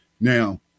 Now